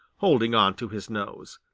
holding on to his nose.